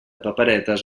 paperetes